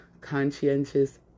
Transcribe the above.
conscientious